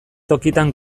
tokitan